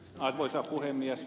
arvoisa puhemies